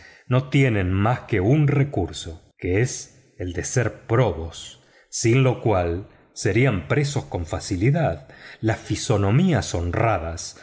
no tienen más que un recurso que es el de ser probos sin lo cual serían presos con facilidad las fisonomías honradas